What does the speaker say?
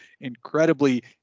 incredibly